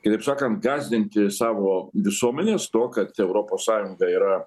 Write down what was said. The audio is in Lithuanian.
kitaip sakant gąsdinti savo visuomenes tuo kad europos sąjunga yra